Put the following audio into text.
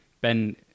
Ben